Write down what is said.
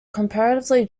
comparatively